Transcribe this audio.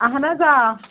اَہَن حظ آ